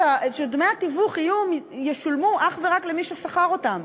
שדמי התיווך ישולמו אך ורק למי ששכר אותם.